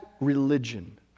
religion